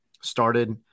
started